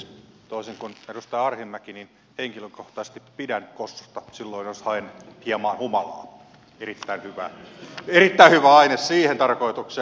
toisin kuin edustaja arhinmäki henkilökohtaisesti pidän kossusta silloin jos haen hieman humalaa erittäin hyvä aine siihen tarkoitukseen